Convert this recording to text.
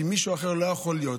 כי מישהו אחר לא יכול להיות.